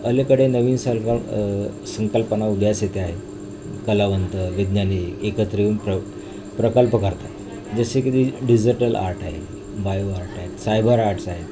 अलीकडे नवीन सलक संकल्पना उदयास येते आहे कलावंत विज्ञानी एकत्र येऊन प्र प्रकल्प करत आहेत जसे की ते डिजिटल आर्ट आहे बायो आर्ट आहे सायबर आर्ट्स आहेत